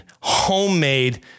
homemade